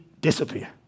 disappear